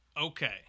Okay